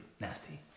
nasty